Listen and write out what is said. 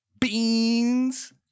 Beans